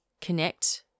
connect